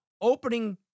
Opening